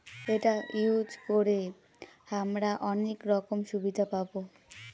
এটা ইউজ করে হামরা অনেক রকম সুবিধা পাবো